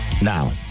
Now